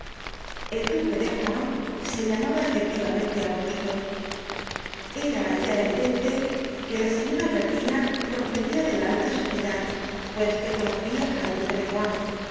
el duque de rohan se llamaba efectivamente augusto era ya evidente que la señora albertina procedia de la alta sociedad pues que conocia al duque de rohan que